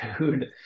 dude